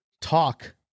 talk